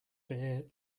bare